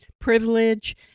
privilege